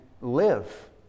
live